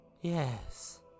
Yes